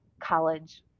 college